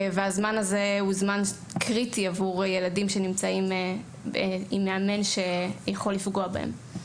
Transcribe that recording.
והזמן הזה הוא זמן קריטי עבור ילדים שנמצאים עם מאמן שיכול לפגוע בהם.